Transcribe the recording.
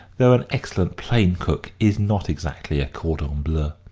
though an excellent plain cook, is not exactly a cordon bleu.